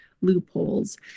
loopholes